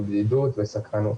בדידות וסקרנות